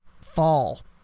fall